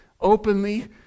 openly